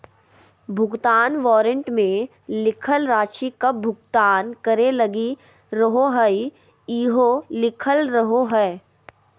भुगतान वारन्ट मे लिखल राशि कब भुगतान करे लगी रहोहाई इहो लिखल रहो हय